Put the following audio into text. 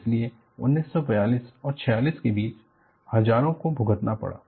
इसलिए 1942 और 46 के बीच हजारों को भुगतना पड़ा